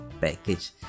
package